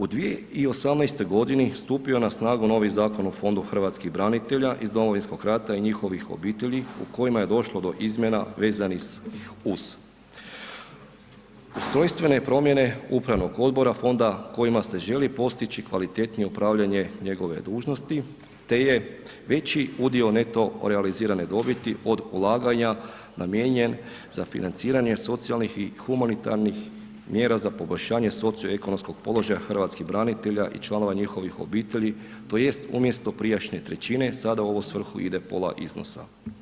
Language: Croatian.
U 2018. godini stupio je na snagu novi Zakon o fondu hrvatskih branitelja iz Domovinskog rata i njihovih obitelji u kojima je došlo do izmjena vezanih uz ustrojstvene promjene upravnog odbora fonda kojima se želi postići kvalitetnije upravljanje njegove dužnosti te je veći udio neto realizirane dobiti od ulaganja namijenjen za financiranje socijalnih i humanitarnih mjera za poboljšanje socioekonomskog položaja hrvatskih branitelja i članova njihovih obitelji tj. umjesto prijašnje trećine sada u ovu svrhu ide pola iznosa.